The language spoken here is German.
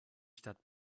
stadt